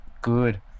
Good